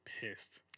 pissed